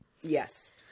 Yes